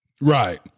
Right